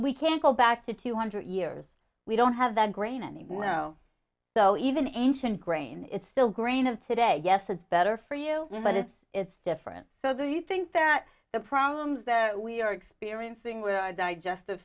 we can go back to two hundred years we don't have that grain and even though even ancient grain is still grain of today yes it's better for you but it's it's different so do you think that the problems that we are experiencing where our digestive